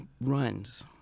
runs